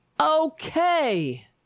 okay